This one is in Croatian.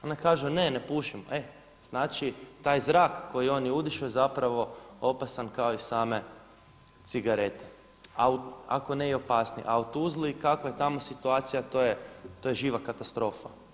Ona kaže ne, ne pušim, znači taj zrak koji oni udišu je zapravo opasan kao i same cigarete ako ne i opasniji a u Tuzli kakva je tamo situacija to je živa katastrofa.